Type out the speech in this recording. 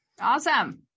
Awesome